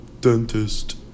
dentist